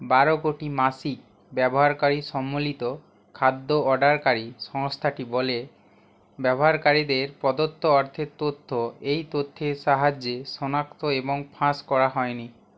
বারো কোটি মাসিক ব্যবহারকারী সম্বলিত খাদ্য অর্ডারকারী সংস্থাটি বলে ব্যবহারকারীদের প্রদত্ত অর্থের তথ্য এই তথ্যের সাহায্যে শনাক্ত এবং ফাঁস করা হয়নি